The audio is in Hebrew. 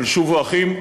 של "שובו אחים",